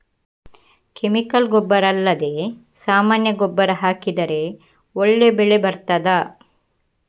Chemical ಗೊಬ್ಬರ ಅಲ್ಲದೆ ಸಾಮಾನ್ಯ ಗೊಬ್ಬರ ಹಾಕಿದರೆ ಒಳ್ಳೆ ಬೆಳೆ ಬರ್ತದಾ?